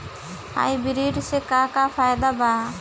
Hybrid से का का फायदा बा?